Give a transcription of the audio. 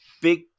big